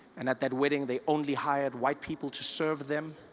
and at that wedding they only hired white people to serve them.